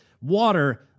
water